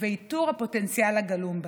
ואיתור הפוטנציאל הגלום בהם.